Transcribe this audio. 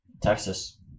Texas